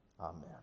Amen